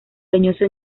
leñoso